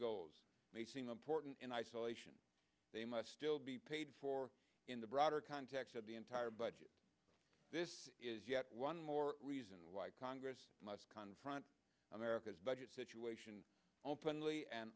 goals may seem important in isolation they must still be paid for in the broader context of the entire budget this is yet one more reason why congress must confront america's budget situation openly and